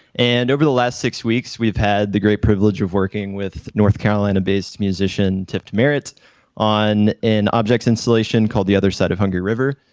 and over the last six weeks, we've had the great privilege of working with north carolina based musician tipped merits on an object's installation called the other side of hungary river.